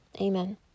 amen